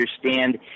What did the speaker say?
understand